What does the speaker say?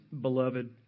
beloved